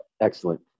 Excellent